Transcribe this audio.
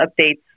updates